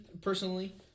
personally